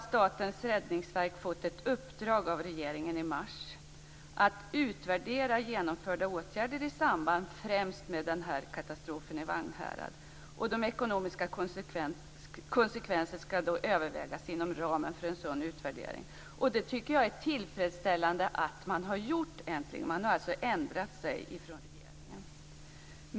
Statens räddningsverk fick i mars ett uppdrag av regeringen att utvärdera genomförda åtgärder främst i samband med katastrofen i Vagnhärad. De ekonomiska konsekvenserna skall då övervägas inom ramen för en sådan utvärdering. Jag tycker att det är tillfredsställande att regeringen äntligen har ändrat sig.